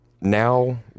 Now